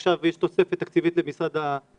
יש עכשיו תוספת תקציבית למשרד הביטחון,